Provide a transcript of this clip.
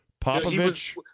Popovich